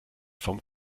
vom